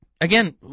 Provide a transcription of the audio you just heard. Again